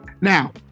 now